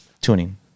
tuning